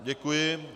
Děkuji.